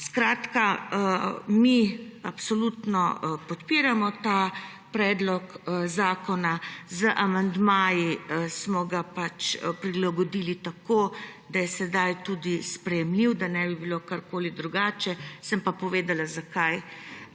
stiski? Mi absolutno podpiramo ta predlog zakona. Z amandmaji smo ga pač prilagodili tako, da je sedaj sprejemljiv, da ne bi bilo karkoli drugače. Sem pa povedala, zakaj